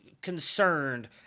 concerned